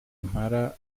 impala